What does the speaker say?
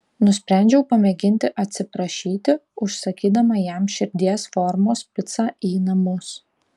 nusprendžiau pamėginti atsiprašyti užsakydama jam širdies formos picą į namus